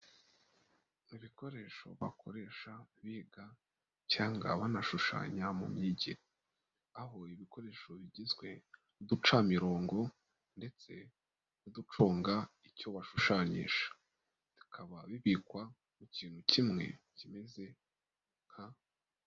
Mu ibikoresho bakoresha biga cyangwa banashushanya mu mijyi. Aho ibikoresho bigizwe n'uducamirongo ndetse n'uduconga icyo bashushanyisha. Bikaba bibikwa mu kintu kimwe kimeze nka...